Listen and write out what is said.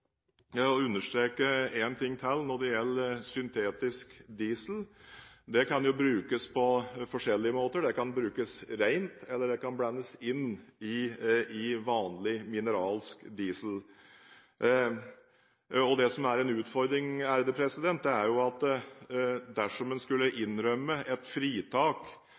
understreke én ting til når det gjelder syntetisk diesel: Den kan brukes på flere måter, den kan brukes ren eller blandes inn i vanlig mineralsk diesel. Det som er en utfordring, er at dersom en skulle innrømme et fritak